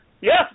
Yes